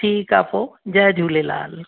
ठीकु आहे पोइ जय झूलेलाल